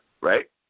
right